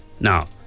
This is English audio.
Now